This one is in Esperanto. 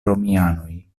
romianoj